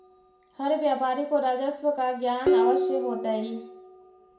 हर व्यापारी को राजस्व का ज्ञान अवश्य होतई